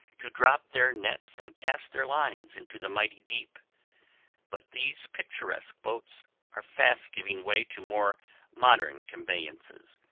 to drop their nets and cast their lines into the mighty deep but these picturesque boats are fast giving way to more modern conveyances,